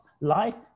Life